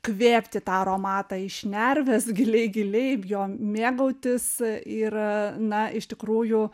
kvėpti tą aromatą į šnervės giliai giliai juo mėgautis yra na iš tikrųjų